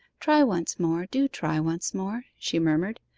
try once more do try once more she murmured.